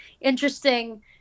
interesting